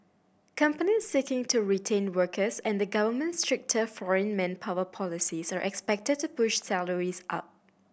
companies seeking to retain workers and the government's stricter foreign manpower policies are expected to push salaries up